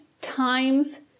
times